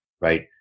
right